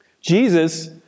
Jesus